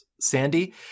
Sandy